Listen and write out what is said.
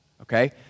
okay